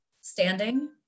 standing